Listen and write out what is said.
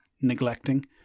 neglecting